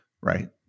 right